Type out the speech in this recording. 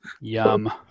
Yum